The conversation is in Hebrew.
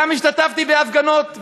גם השתתפתי בהפגנות,